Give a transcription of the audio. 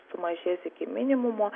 sumažės iki minimumo